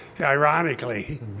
ironically